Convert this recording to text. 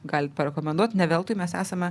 galit parekomenduot ne veltui mes esame